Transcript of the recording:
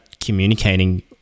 communicating